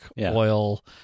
oil